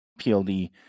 PLD